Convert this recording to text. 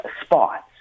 spots